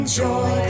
joy